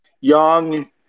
young